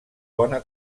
bona